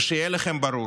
ושיהיה לכם ברור,